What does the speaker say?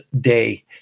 day